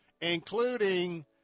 including